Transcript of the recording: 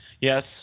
Yes